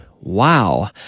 Wow